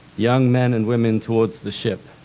young men and women towards the ship.